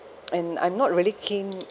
and I'm not really keen